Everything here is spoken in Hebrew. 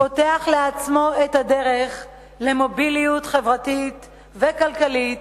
פותח לעצמו את הדרך למוביליות חברתית וכלכלית,